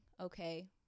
okay